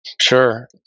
Sure